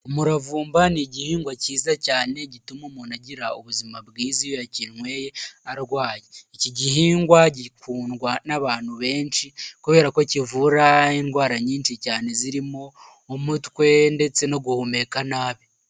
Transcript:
Umuravumba ni igihingwa cyiza cyane gituma umuntu agira ubuzima bwiza iyo yakinyweye arwaye, iki gihingwa gikundwa n'abantu benshi kubera ko kivura indwara nyinshi cyane zirimo umutwe ndetse no guhumeka nabi.